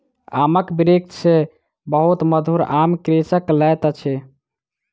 आमक वृक्ष सॅ बहुत मधुर आम कृषक लैत अछि